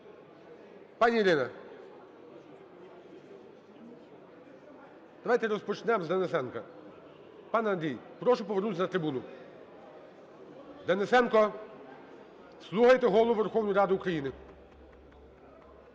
Пані Ірина! Давайте розпочнемо з Денисенка. Пане Андрій, прошу повернутися на трибуну. Денисенко, слухайте Голову Верховної Ради України.